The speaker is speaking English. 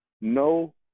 no